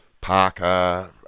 Parker